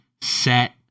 set